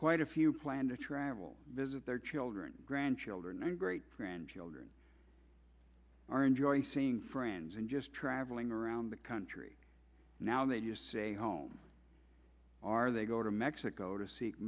quite a few plan to travel visit their children grandchildren and great grandchildren are enjoying seeing friends and just travelling around the country now they just say home are they go to mexico to seek